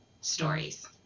stories